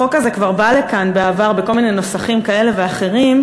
החוק הזה כבר בא לכאן בעבר בכל מיני נוסחים כאלה ואחרים.